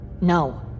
No